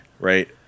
right